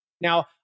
Now